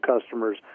customers